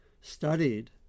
studied